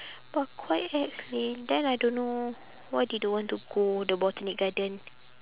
but quite ex leh then I don't know why they don't want to go the botanic garden